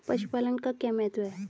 पशुपालन का क्या महत्व है?